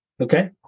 Okay